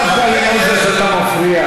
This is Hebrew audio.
דווקא למוזס אתה מפריע?